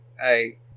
hey